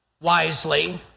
wisely